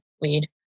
weed